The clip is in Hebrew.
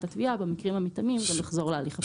לתביעה במקרים המתאימים ונחזור להליך הפלילי.